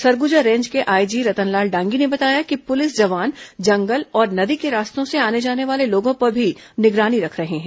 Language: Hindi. सरगुजा रेंज के आईजी रतनलाल डांगी ने बताया कि पुलिस जवान जंगल और नदी के रास्तों से आने जाने वाले लोगों पर भी निगरानी रख रहे हैं